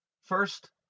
First